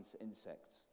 insects